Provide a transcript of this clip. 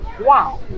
wow